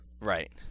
Right